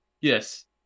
Yes